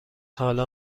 حالا